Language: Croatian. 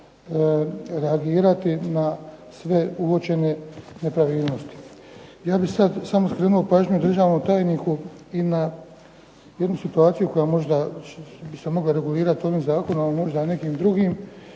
reagirati na sve uočene nepravilnosti. Ja bih sad samo skrenuo pažnju državnom tajniku i na jednu situaciju koja možda bi se mogla regulirati ovim zakonom, a možda nekim drugim,